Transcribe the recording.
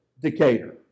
Decatur